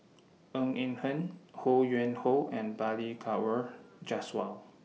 Ng Eng Hen Ho Yuen Hoe and Balli Kaur Jaswal